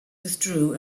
withdrew